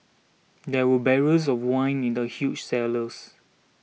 there were barrels of wine in the huge cellars